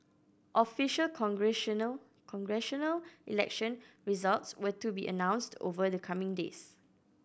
official congressional election results were to be announced over the coming days